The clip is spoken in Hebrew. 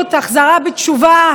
החזרה בתשובה,